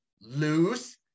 lose